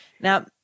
Now